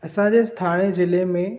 असांजे थाणे ज़िले में